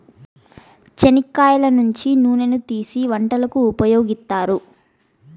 చెనిక్కాయల నుంచి నూనెను తీసీ వంటలకు ఉపయోగిత్తారు